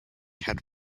had